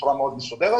בצורה מאוד מסודרת.